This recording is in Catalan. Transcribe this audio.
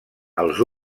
els